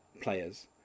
players